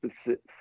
specific